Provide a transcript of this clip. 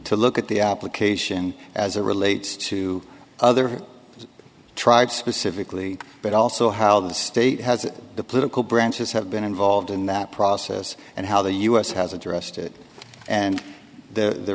to look at the application as a relates to other tribes specifically but also how the state has the political branches have been involved in that process and how the u s has addressed it and the